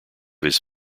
his